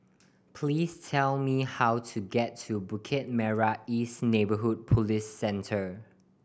please tell me how to get to Bukit Merah East Neighbourhood Police Centre